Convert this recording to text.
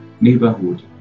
neighborhood